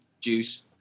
juice